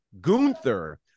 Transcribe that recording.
Gunther